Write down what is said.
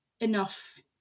enough